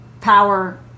power